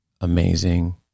amazing